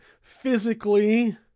physically